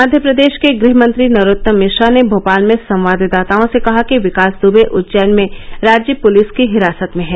मध्य प्रदेश के गृह मंत्री नरोत्तम मिश्रा ने भोपाल में संवाददाताओं से कहा कि विकास दुबे उज्जैन में राज्य पुलिस की हिरासत में हैं